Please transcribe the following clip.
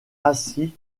assis